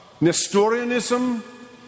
Nestorianism